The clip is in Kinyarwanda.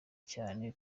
cyane